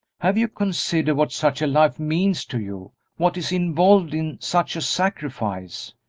have you considered what such a life means to you what is involved in such a sacrifice?